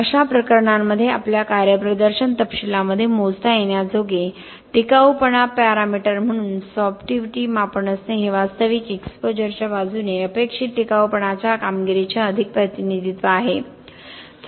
अशा प्रकरणांमध्ये आपल्या कार्यप्रदर्शन तपशीलामध्ये मोजता येण्याजोगे टिकाऊपणा पॅरामीटर म्हणून सॉर्टिव्हिटी मापन असणे हे वास्तविक एक्सपोजरच्या बाजूने अपेक्षित टिकाऊपणाच्या कामगिरीचे अधिक प्रतिनिधीत्व आहे